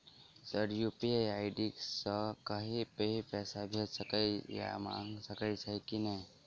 Sir UPI ID सँ कहि भी पैसा भेजि सकै या मंगा सकै छी की न ई?